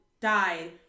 died